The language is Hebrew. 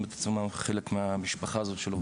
את עצמן חלק מהמשפחה הזאת של העובדים במכון.